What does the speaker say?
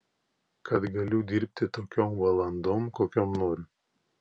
kad galiu dirbti tokiom valandom kokiom noriu